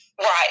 Right